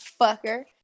Fucker